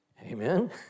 Amen